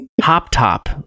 hop-top